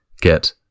Get